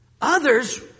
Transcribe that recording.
Others